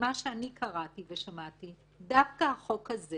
ממה שאני קראתי ושמעתי, דווקא החוק הזה